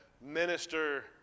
minister